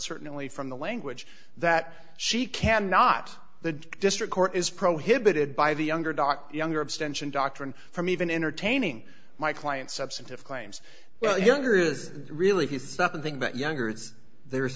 certainly from the language that she can not the district court is prohibited by the younger doc younger abstention doctrine from even entertaining my client substantive claims well here is really he says nothing about younger kids there